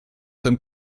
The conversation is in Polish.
ten